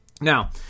now